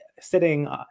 sitting